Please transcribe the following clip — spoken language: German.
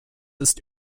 ist